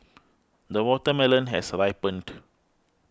the watermelon has ripened